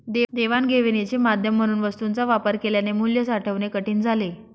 देवाणघेवाणीचे माध्यम म्हणून वस्तूंचा वापर केल्याने मूल्य साठवणे कठीण झाले